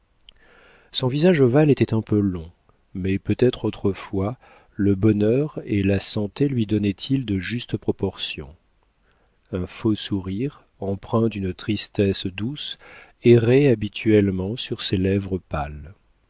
son visage ovale était un peu long mais peut-être autrefois le bonheur et la santé lui donnaient ils de justes proportions un faux sourire empreint d'une tristesse douce errait habituellement sur ses lèvres pâles